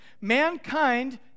Mankind